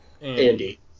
Andy